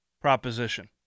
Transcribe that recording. proposition